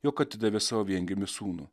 jog atidavė savo viengimį sūnų